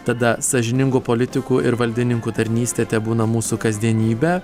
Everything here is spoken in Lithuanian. tada sąžiningų politikų ir valdininkų tarnystė tebūna mūsų kasdienybe